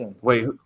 Wait